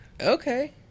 Okay